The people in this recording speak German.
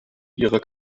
ihrer